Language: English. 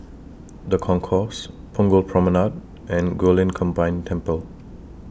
The Concourse Punggol Promenade and Guilin Combined Temple